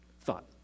thought